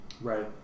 Right